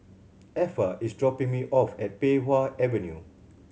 Effa is dropping me off at Pei Wah Avenue